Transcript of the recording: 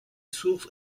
source